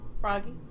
froggy